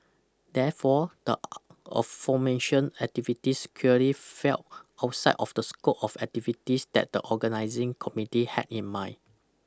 therefore the aforementioned activities clearly fell outside of the scope of activities that the organising committee had in mind